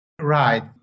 Right